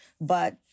But-